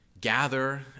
gather